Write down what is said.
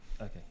Okay